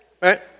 right